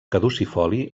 caducifoli